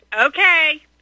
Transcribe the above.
Okay